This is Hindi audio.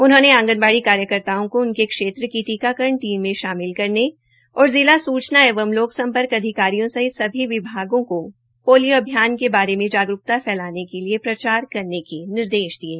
उन्होंने आंगनवाड़ी कार्यकताओं को उनके क्षेत्र की टीकाकरण टीम में शामिल करने और जिला सूचना एवं लोक सम्पर्क अधिकारियों सहित सभी विभागों का पोलियो अभियान क बारे में जागरूकता फैलाने के लिए प्रचार करने के निर्देश भी दिये